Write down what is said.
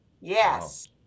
Yes